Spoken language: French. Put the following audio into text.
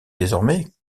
désormais